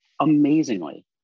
amazingly